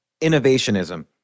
innovationism